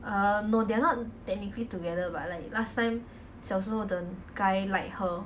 uh no they are not technically together but like last time 小时候 the guy like her